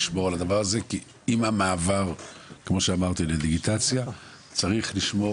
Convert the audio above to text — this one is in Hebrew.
לשמור על הדבר הזה כי עם המעבר לדיגיטציה צריך לשמור